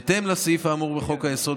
בהתאם לסעיף האמור בחוק-היסוד,